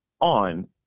on